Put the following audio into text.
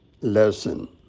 lesson